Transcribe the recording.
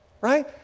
right